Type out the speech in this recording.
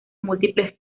múltiples